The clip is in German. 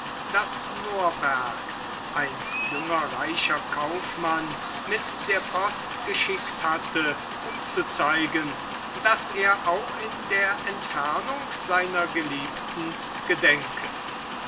das norberg ein junger reicher kaufmann mit der post geschickt hatte um zu zeigen daß er auch in der entfernung seiner geliebten gedenke